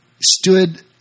stood